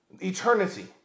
eternity